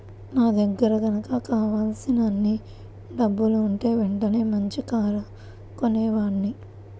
నా దగ్గర గనక కావలసినన్ని డబ్బులుంటే వెంటనే మంచి కారు కొనేవాడ్ని